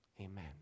Amen